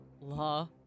La